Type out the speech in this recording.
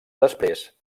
després